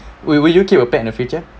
will will you keep a pet in the future